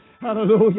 Hallelujah